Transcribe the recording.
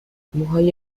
موهای